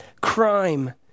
crime